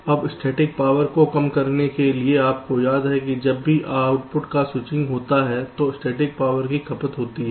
अब स्थैतिक पावर को कम करने के लिए आपको याद है कि जब भी आउटपुट का स्विचिंग होता है तो स्थैतिक पावर की खपत होती है